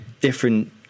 different